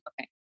okay